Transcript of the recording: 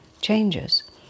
changes